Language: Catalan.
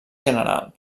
general